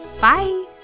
Bye